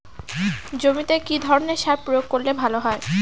জমিতে কি ধরনের সার প্রয়োগ করলে ভালো হয়?